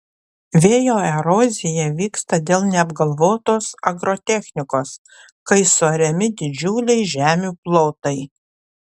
vėjo erozija vyksta dėl neapgalvotos agrotechnikos kai suariami didžiuliai žemių plotai